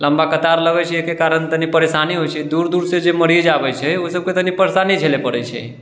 लम्बाकतार लगै छै एहिके कारण तनि परेशानी होइ छै दूर दूर से जे मरीज आबै छै ओ सबकेँ तनि परेशानी झेले पड़ै छै